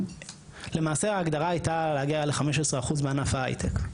למעשה ההגדרה הייתה להגיע ל-15% מענף ההייטק.